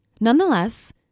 Nonetheless